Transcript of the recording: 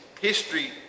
history